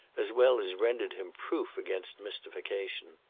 as well as rendered him proof against mystification.